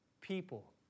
people